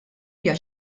hija